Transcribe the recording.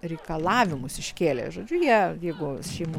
reikalavimus iškėlė žodžiu jie jeigu šeimų